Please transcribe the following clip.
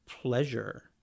pleasure